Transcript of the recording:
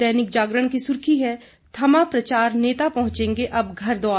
दैनिक जागरण की सुर्खी है थमा प्रचार नेता पहुंचेंगे अब घर द्वार